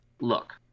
Look